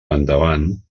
endavant